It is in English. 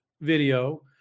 video